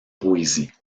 poésie